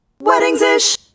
Weddings-ish